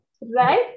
right